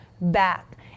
back